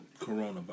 coronavirus